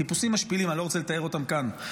חיפושים משפילים, אני לא רוצה לתאר אותם כאן.